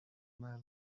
nel